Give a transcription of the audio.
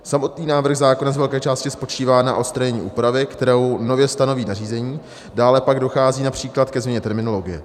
Samotný návrh zákona z velké části spočívá na odstranění úpravy, kterou nově stanoví nařízení, dále pak dochází například ke změně terminologie.